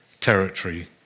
territory